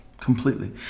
completely